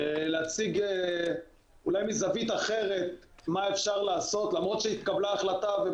להציג מזווית אחרת מה אפשר לעשות למרות שהתקבלה החלטה.